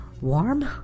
warm